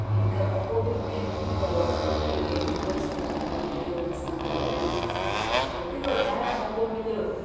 हिकु मोक़ो बि मूंखे मिली वियो कंहिंखे रिक्वेस्ट करण खां मूंखे उन सां गॾु अरिजीत सिंह सां गॾु फोटू कॾाइण जो मोक़ो मिलयो